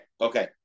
okay